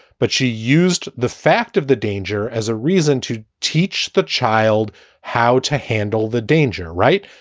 but she used the fact of the danger as a reason to teach the child how to handle the danger. right.